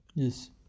Yes